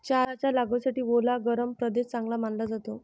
चहाच्या लागवडीसाठी ओला गरम प्रदेश चांगला मानला जातो